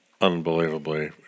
Unbelievably